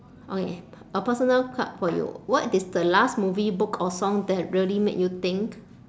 okay a personal card for you what is the last movie book or song that really made you think